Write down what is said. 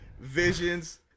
Visions